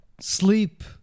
sleep